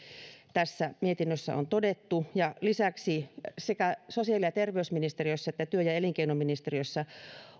tässä mietinnössä on todettu lisäksi sekä sosiaali ja terveysministeriössä että työ ja elinkeinoministeriössä